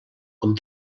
com